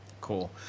Cool